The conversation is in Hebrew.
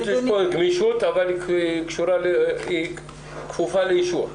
יש כאן גמישות אבל היא כפופה לאישור.